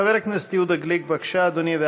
חבר הכנסת יהודה גליק, בבקשה, אדוני.